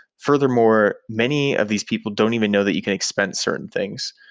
furthermore, many of these people don't even know that you can expend certain things.